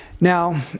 Now